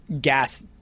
gas